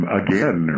again